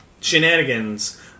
shenanigans